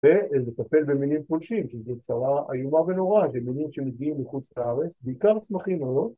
‫ולטפל במינים פולשים, ‫שזו צרה איומה ונוראה, ‫זה מינים שמגיעים מחוץ לארץ, ‫בעיקר צמחים מאוד.